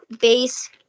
base